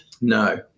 No